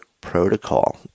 protocol